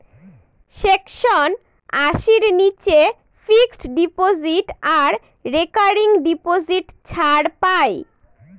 section আশির নীচে fixed deposit আর রেকারিং ডিপোজিট ছাড় পাই